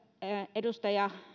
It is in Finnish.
edustaja